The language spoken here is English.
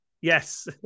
Yes